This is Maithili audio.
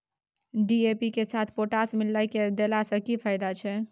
डी.ए.पी के साथ पोटास मिललय के देला स की फायदा छैय?